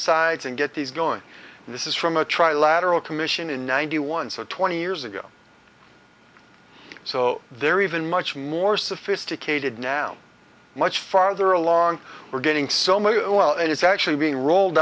sides and get these gone and this is from a trilateral commission in ninety one so twenty years ago so they're even much more sophisticated now much farther along we're getting so many oil and it's actually being rolled